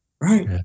right